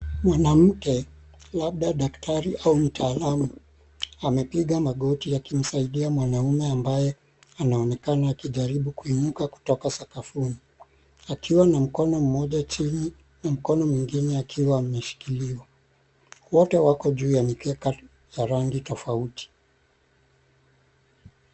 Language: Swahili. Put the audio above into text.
Mwanamke labda daktari au mtaalamu. Amepiga magoti akimsaidia mwanaume ambaye anaonekana akijaribu kuinuka kutoka sakafuni. Akiwa na mkono mmoja chini ,na mkono mwingine akiwa ameshikiliwa .Wote wako juu ya mikeka ya rangi tofauti.